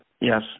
Yes